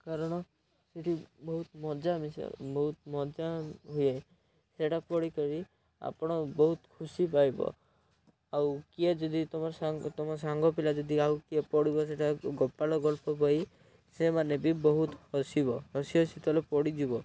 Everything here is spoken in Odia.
କାରଣ ସେଠି ବହୁତ ମଜା ମିଶା ବହୁତ ମଜା ହୁଏ ସେଇଟା ପଢିକରି ଆପଣ ବହୁତ ଖୁସି ପାଇବ ଆଉ କିଏ ଯଦି ତୁମର ସାଙ୍ଗ ତୁମ ସାଙ୍ଗ ପିଲା ଯଦି ଆଉ କିଏ ପଢିବ ସେଇଟା ଗୋପାଳ ଗଳ୍ପ ବହି ସେମାନେ ବି ବହୁତ ହସିବ ହସି ହସି ତଳେ ପଡ଼ିଯିବ